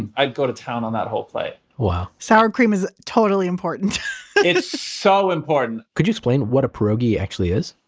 and i'd go to town on that whole plate wow sour cream is totally important it's so important could you explain what a pierogi actually is?